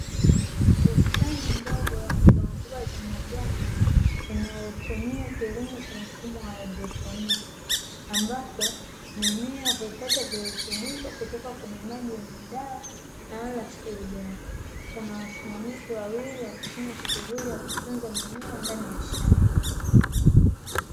Bustani ndogo ya mbogamboga za majani inayotumia kilimo cha mfumo wa ki haidroponi, ambapo mimea upata virutubisho kutoka kwenye maji na wala sio udongo, kuna wasimamizi wawili wakifanya shughuli ya kutunza mimea ndani ya shamba.